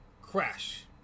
crash